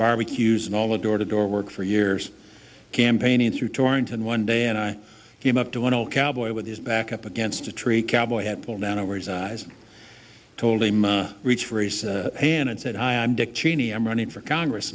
barbecues and all the door to door work for years campaigning through torrents and one day and i came up to one all cowboy with his back up against a tree a cowboy hat pulled down over his eyes told him reach for raise hand and said hi i'm dick cheney i'm running for congress